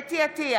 חוה אתי עטייה,